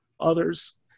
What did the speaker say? others